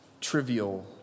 trivial